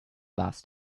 last